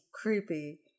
creepy